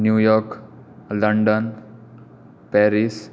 New York London Paris